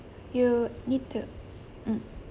you need to mm